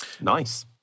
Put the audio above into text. Nice